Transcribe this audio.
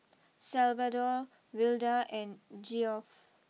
Salvador Wilda and Geoff